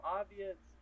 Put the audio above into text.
obvious